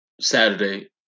Saturday